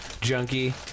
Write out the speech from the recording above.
junkie